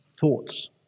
thoughts